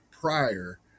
prior